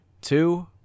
two